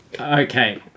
Okay